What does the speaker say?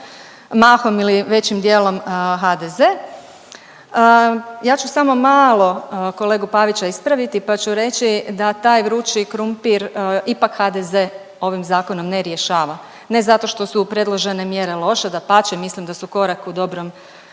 mahom ili većim dijelom HDZ ja ću samo malo kolegu Pavića ispraviti pa ću reći da taj vrući krumpir ipak HDZ ovim zakonom ne rješava ne zato što su predložene mjere loše. Dapače, mislim da su korak u dobrom